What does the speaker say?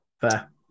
Fair